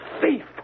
thief